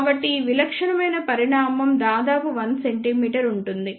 కాబట్టి ఈ విలక్షణమైన పరిమాణం దాదాపు 1 cm ఉంటుంది